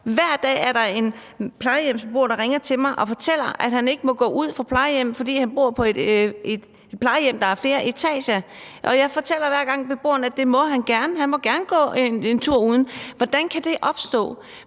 Hver dag er der en plejehjemsbeboer, der ringer til mig og fortæller, at han ikke må gå ud af plejehjemmet, fordi han bor på et plejehjem, der har flere etager – og jeg fortæller hver gang, at det må man gerne; han må gerne gå en tur udenfor. Hvordan kan det opstå?